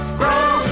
grow